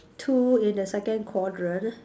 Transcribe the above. two in the second quadrant